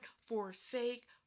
forsake